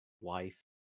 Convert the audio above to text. wife